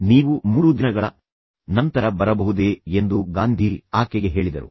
ಆದ್ದರಿಂದ ನೀವು 3 ದಿನಗಳ ನಂತರ ಬರಬಹುದೇ ಎಂದು ಗಾಂಧಿ ಆಕೆಗೆ ಹೇಳಿದರು